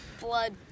blood